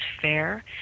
fair